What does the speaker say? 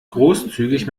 großzügig